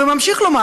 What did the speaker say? וממשיך לומר,